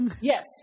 Yes